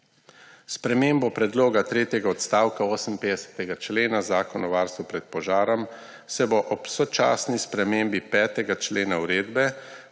spremembe tretjega odstavka 58. člena Zakona o varstvu pred požarom se bo ob sočasni spremembi 5. člena Uredbe